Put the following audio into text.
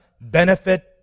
benefit